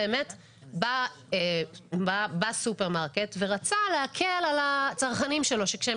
בא סופרמרקט ורצה להקל על הצרכנים שלו שכאשר הם